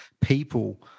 people